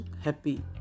happy